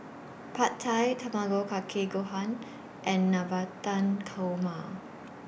Pad Thai Tamago Kake Gohan and Navratan Korma